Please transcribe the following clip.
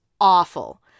awful